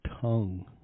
tongue